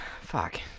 Fuck